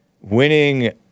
winning